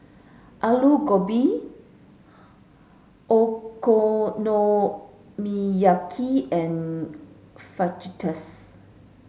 Alu Gobi Okonomiyaki and Fajitas